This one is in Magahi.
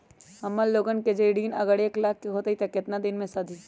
हमन लोगन के जे ऋन अगर एक लाख के होई त केतना दिन मे सधी?